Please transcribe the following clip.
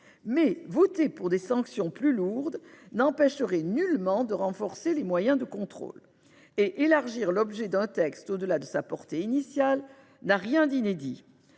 mais voter des sanctions plus lourdes n'empêcherait nullement de renforcer les moyens de contrôle. En outre, étendre l'objet d'un texte au-delà de sa portée initiale n'a rien d'inédit.